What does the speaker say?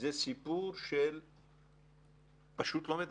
זה סיפור של פשוט לא מדברים.